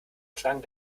klang